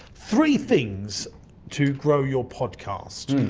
three things to grow your podcast.